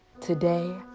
Today